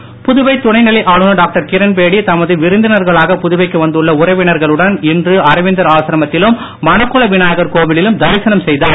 கிரண்பேடி புதுவை துணை நிலை ஆளுநர் டாக்டர் கிரண்பேடி தமது விருந்தினர்களாக புதுவைக்கு வந்துள்ள உறவினர்களுடன் இன்று அரவிந்தர் ஆசிரமத்திலும் மணக்குள விநாயகர் கோவிலிலும் தரிசனம் செய்தார்